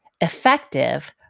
effective